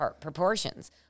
proportions